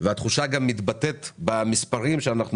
והתחושה גם מתבטאת במספרים שאנחנו